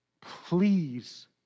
please